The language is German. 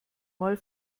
mal